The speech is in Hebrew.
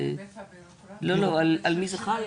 על מי זה חל?